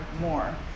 more